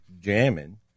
jamming